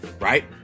right